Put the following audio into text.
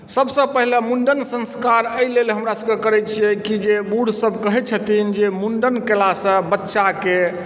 सभसँ पहले मुण्डन संस्कार एहि लेल हमरासभके करैत छियै कि जे बूढ़सभ कहैत छथिन जे मुण्डन केलासँ बच्चाकेँ